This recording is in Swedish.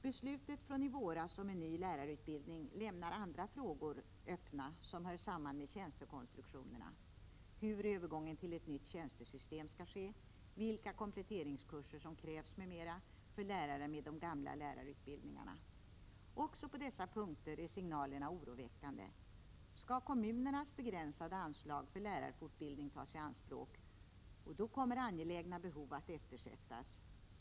Beslutet från i våras om en ny lärarutbildning lämnar andra frågor öppna som hör samman med tjänstekonstruktionerna — hur övergången till ett nytt tjänstesystem skall ske, vilka kompletteringskurser som krävs m.m. för lärare med de gamla lärarutbildningarna. Också på dessa punkter är signalerna oroväckande. Skall kommunernas begränsade anslag för lärarfortbildning tas i anspråk, så kommer andra angelägna behov att eftersättas.